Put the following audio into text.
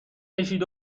کشید